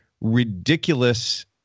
ridiculous